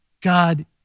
God